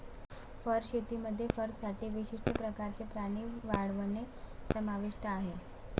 fur शेतीमध्ये फरसाठी विशिष्ट प्रकारचे प्राणी वाढवणे समाविष्ट आहे